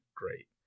great